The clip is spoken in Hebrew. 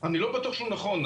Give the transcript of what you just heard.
אני לא בטוח שהוא נכון.